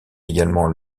également